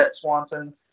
Swanson